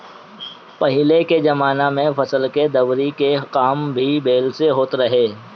पहिले के जमाना में फसल के दवरी के काम भी बैल से होत रहे